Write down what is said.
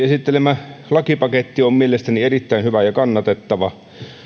esittelemä lakipaketti on mielestäni erittäin hyvä ja kannatettava